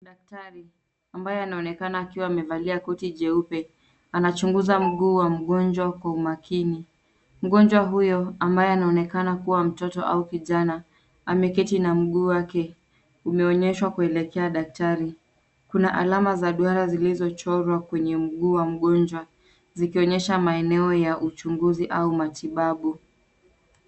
Daktari ambaye anaonekana akiwa amevalia koti jeupe anachuguza mguu wa mgonjwa kwa umakini ,mgonjwa huyo ambaye anaonekana kuwa mtoto au kijana ameketi na mguu wake umeonyeshwa kuelekea daktari. Kuna alama za duara zilizo chorwa kwenye mguu wa mgonjwa zikionyesha maeneo ya uchuguzi au matibabu .